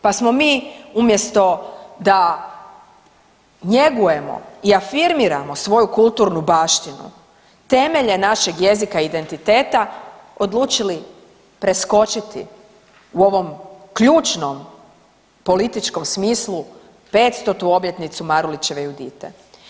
Pa smo mi umjesto da njegujemo i afirmiramo svoju kulturnu baštinu, temelje našeg jezika i identiteta odlučili preskočiti u ovom ključnom političkom smislu 500-tu obljetnicu Marulićeve Judite.